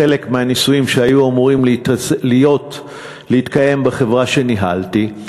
בחלק מהניסויים שהיו אמורים להתקיים בחברה שניהלתי,